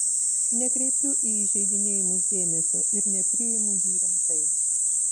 nekreipiu į įžeidinėjimus dėmesio ir nepriimu jų rimtai